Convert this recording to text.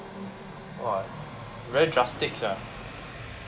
!wah! very drastic sia